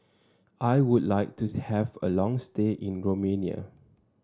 I would like to have a long stay in Romania